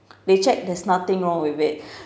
they checked there's nothing wrong with it